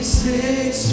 six